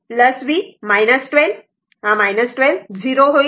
v 12 हा 12 0 होईल